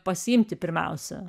pasiimti pirmiausia